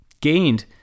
gained